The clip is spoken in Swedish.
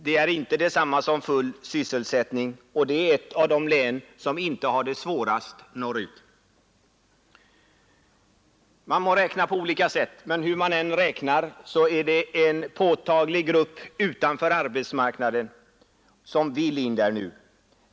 Det är inte detsamma som full sysselsättning. Och det är ändå ett län, som inte hör till de svårast utsatta. Man må räkna på olika sätt, men hur man än ser på saken är det en betydande grupp människor som står utanför arbetsmarknaden och som vill in på den.